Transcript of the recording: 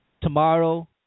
tomorrow